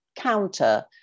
counter